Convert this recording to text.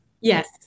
Yes